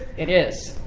it is.